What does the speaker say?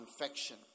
infection